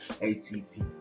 A-T-P